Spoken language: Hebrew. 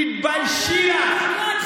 תתביישי לך.